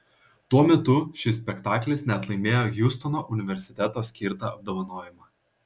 tuo metu šis spektaklis net laimėjo hjustono universiteto skirtą apdovanojimą